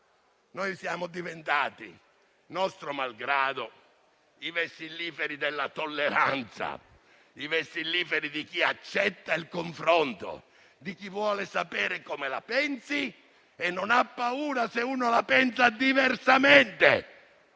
Noi siamo diventati, nostro malgrado, i vessilliferi della tolleranza, i vessilliferi di chi accetta il confronto, di chi vuole sapere come la pensi e non ha paura se uno la pensa diversamente.